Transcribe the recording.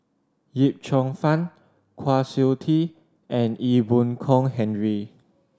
Yip Cheong Fun Kwa Siew Tee and Ee Boon Kong Henry